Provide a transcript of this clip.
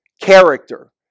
character